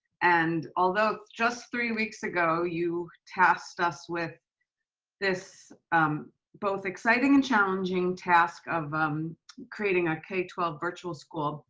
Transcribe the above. and although just three weeks ago you tasked us with this um both exciting and challenging task of um creating a k twelve virtual school.